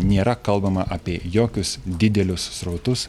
nėra kalbama apie jokius didelius srautus